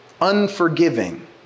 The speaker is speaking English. unforgiving